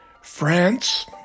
France